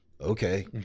Okay